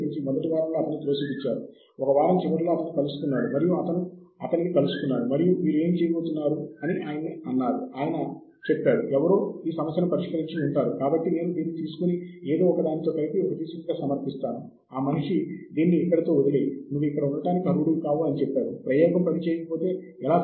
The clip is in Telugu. ఈ సమూహాలు లేదా ఈ సమూహ వెబ్సైట్లు ప్రాథమికంగా దానిలో కొనసాగుతున్న పని గురించి చర్చిస్తాయి ఇదొక ప్రత్యేక డొమైన్